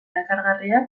erakargarria